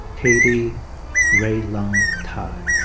katie rueylan tai.